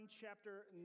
chapter